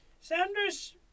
Sanders